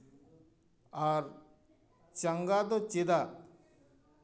ᱟᱨ ᱪᱟᱸᱜᱟ ᱫᱚ ᱪᱮᱫᱟᱜ